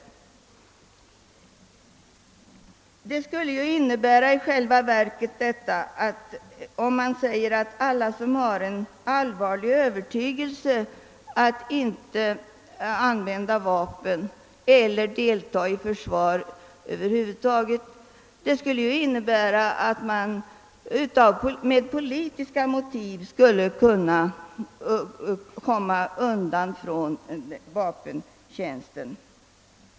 Om alla som på grund av allvarlig övertygelse inte vill använda vapen eller över huvud taget delta i försvaret skulle bli befriade, skulle det också innebära att man av politiska skäl kunde slippa vapentjänst.